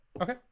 okay